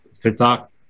TikTok